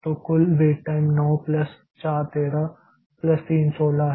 तो कुल wait time 9 plus 4 13 plus 3 16 है